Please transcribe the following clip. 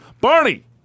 Barney